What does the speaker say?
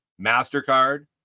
MasterCard